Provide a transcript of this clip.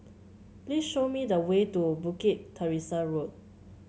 please show me the way to Bukit Teresa Road